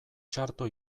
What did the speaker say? txarto